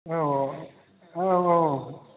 औ औ औ औ